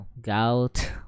gout